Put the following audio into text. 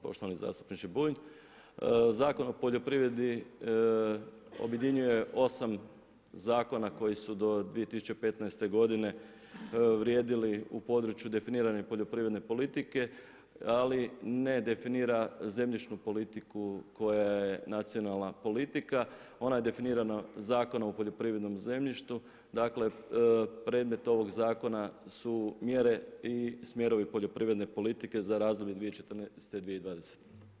Poštovani zastupniče Bulj, Zakon o poljoprivredi objedinjuje 8 zakona koji su do 2015. g. vrijedili u području definiranja poljoprivredne politike ali ne definira zemljišnu politiku koja je nacionalna politika, ona je definirana Zakonom o poljoprivrednom zemljištu, dakle predmet ovog zakona su mjere i smjerovi poljoprivredne politike za razdoblje 2014-2020.